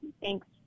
thanks